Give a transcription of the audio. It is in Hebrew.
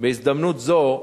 בהזדמנות זו